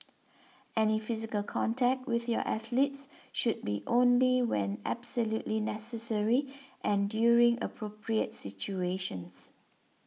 any physical contact with your athletes should be only when absolutely necessary and during appropriate situations